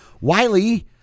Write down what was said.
Wiley